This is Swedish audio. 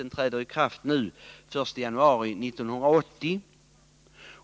Den träder i kraft den 1 januari 1980.